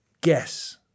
guess